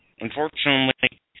unfortunately